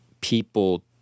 people